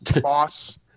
Boss